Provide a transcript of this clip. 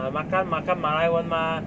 uh makan makan 马来文 mah